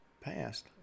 past